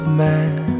man